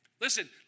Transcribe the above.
Listen